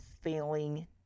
failing